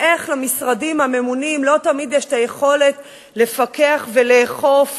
ואיך למשרדים הממונים לא תמיד יש היכולת לפקח ולאכוף